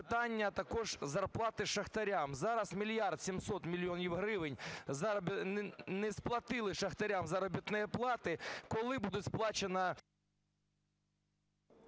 питання також зарплати шахтарям. Зараз 1 мільярд 700 мільйонів гривень не сплатили шахтарям заробітної плати. Коли буде сплачено…